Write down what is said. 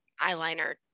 eyeliner